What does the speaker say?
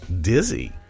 dizzy